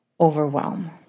overwhelm